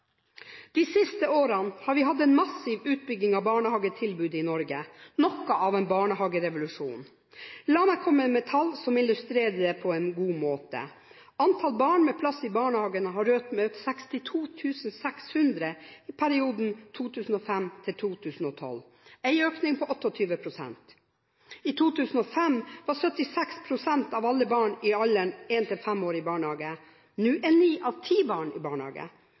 De siste årene har vi hatt en massiv utbygging av barnehagetilbudet i Norge – noe av en barnehagerevolusjon. La meg komme med tall som illustrerer det på en god måte: Antall barn med plass i barnehage har økt med 62 600 i perioden 2005–2012 – en økning på 28 pst. I 2005 var 76 pst. av alle barn i alderen 1–5 år i barnehage. Nå er 9 av 10 barn i barnehage.